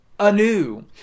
anew